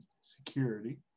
security